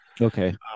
Okay